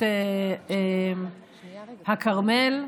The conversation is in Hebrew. הכרמל,